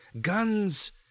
Guns